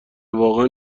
واقعا